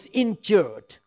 injured